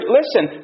listen